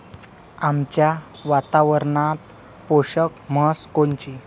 आमच्या वातावरनात पोषक म्हस कोनची?